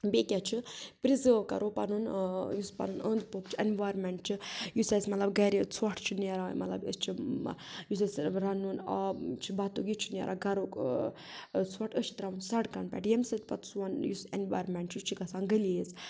بیٚیہِ کیٛاہ چھُ پِرٛزیرٕو کَرَو پَنُن یُس پَنُن اوٚنٛد پوٚکھ چھُ انوارمٮ۪نٛٹ چھُ یُس اَسہِ مطلب گَرِ ژھۄٚٹھ چھُ نیران مطلب أسۍ چھِ یُس اَسہِ رَنُن آب چھُ بَتُک یہِ چھُ نیران گَرُک ژھۄٹھ أسۍ چھِ ترٛاوان سَڑکَن پٮٹھ ییٚمہِ سۭتۍ پَتہٕ سون یُس اینوارمٮ۪نٛٹ چھُ یہِ چھُ گژھان گلیز